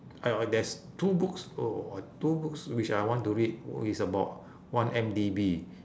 !aiyo! there's two books oh or two books which I want to read is about one-M_D_B